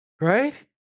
right